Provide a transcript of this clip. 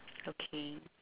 okay